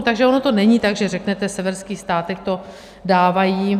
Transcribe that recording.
Takže ono to není tak, že řeknete: v severských státech to dávají.